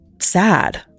sad